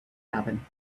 happen